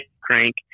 crank